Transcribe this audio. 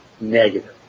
negative